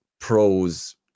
pros